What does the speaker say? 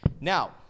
now